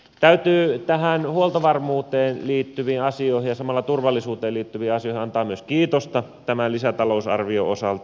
täytyy huoltovarmuuteen liittyvissä asioissa ja samalla turvallisuuteen liittyvissä asioissa antaa myös kiitosta tämän lisätalousarvion osalta